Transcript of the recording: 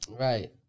right